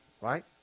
Right